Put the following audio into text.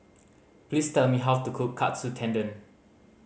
please tell me how to cook Katsu Tendon